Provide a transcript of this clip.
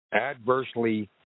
adversely